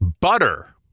Butter